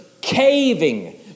caving